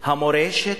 המורשת,